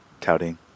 touting